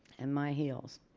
and my heels.